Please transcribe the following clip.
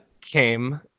came